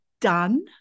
done